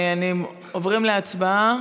עוברים להצבעה.